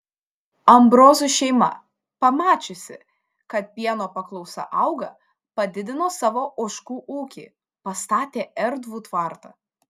ambrozų šeima pamačiusi kad pieno paklausa auga padidino savo ožkų ūkį pastatė erdvų tvartą